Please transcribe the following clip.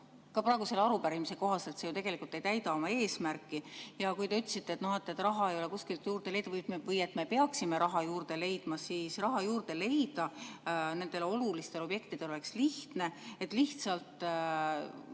ka praegu selle arupärimise kohaselt see ju tegelikult ei täida oma eesmärki. Kui te ütlesite, et raha ei ole kuskilt juurde leida või et me peaksime raha juurde leidma, siis raha juurde leida nendele olulistele objektidele oleks lihtne. Lihtsalt